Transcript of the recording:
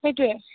সেইটোৱেই